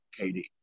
KD